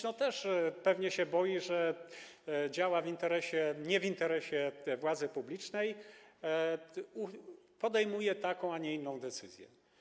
No też pewnie się boi, że działa w interesie... że nie w interesie władzy publicznej podejmuje taką, a nie inną decyzję.